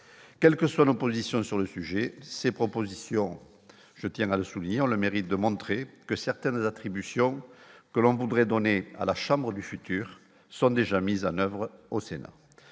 quelles que soient nos positions sur le sujet ces propositions, je tiens à le souligner : on le mérite de montrer que certaines attributions que l'on voudrait donner à la Chambre du futur sont déjà mises en oeuvre au Sénat